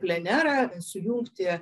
plenerą sujungti